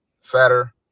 fatter